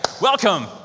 welcome